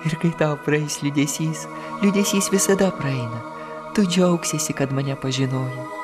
ir kai tau praeis liūdesys liūdesys visada praeina tu džiaugsiesi kad mane pažino